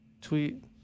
tweet